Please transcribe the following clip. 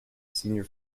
senior